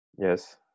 Yes